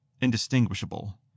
indistinguishable